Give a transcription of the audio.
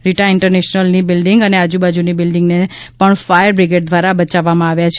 Rita international ની building અને આજ્વબાજ્વની બિલ્ડિગને પણ ફાયર બિપ્રેડ દ્રારા બચાવામાં આવ્યા છે